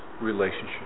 relationship